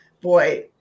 boy